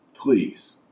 please